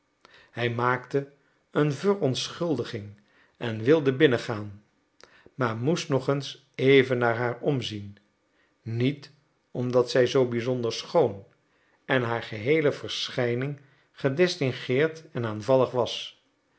hij maakte een verontschuldiging en wilde binnen gaan maar moest nog eens even naar haar omzien niet omdat zij zoo bizonder schoon en haar geheele verschijning gedistingueerd en aanvallig was